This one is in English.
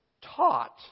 taught